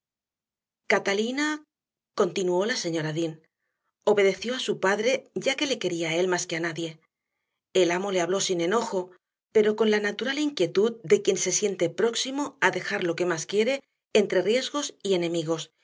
catalina continuó la señora dean obedeció a su padre ya que le quería a él más que a nadie el amo le habló sin enojo pero con la natural inquietud de quien se siente próximo a dejar lo que más quiere entre riesgos y enemigos